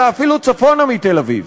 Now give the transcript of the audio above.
אלא אפילו צפונה מתל-אביב.